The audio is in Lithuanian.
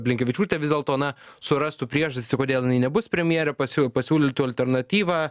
blinkevičiūtė vis dėlto na surastų priežastį kodėl jinai nebus premjerė pasiū pasiūlytų alternatyvą